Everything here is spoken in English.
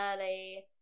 early